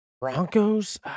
Broncos